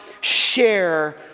share